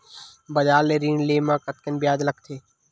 बजार ले ऋण ले म कतेकन ब्याज लगथे?